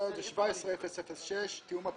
שים לב